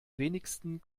wenigsten